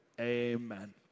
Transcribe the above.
amen